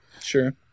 Sure